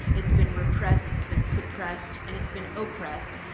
it's been repressed, it's been suppressed and it's been oic pressed.